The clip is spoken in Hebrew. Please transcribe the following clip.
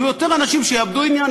יהיו יותר אנשים שיאבדו עניין,